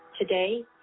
Today